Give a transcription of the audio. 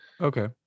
Okay